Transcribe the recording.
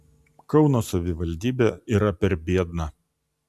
kauno savivaldybė yra per biedna